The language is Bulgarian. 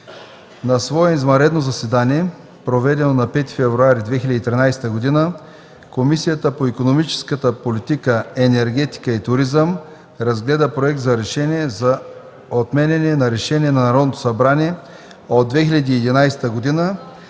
На свое извънредно заседание, проведено на 5 февруари 2013 г., Комисията по икономическата политика, енергетика и туризъм разгледа Проект за решение за отменяне на Решение на Народното събрание от 2011 г.